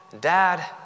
dad